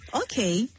okay